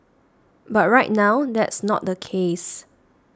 but right now that's not the case